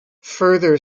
further